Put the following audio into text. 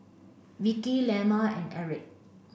Vickey Lemma and Erick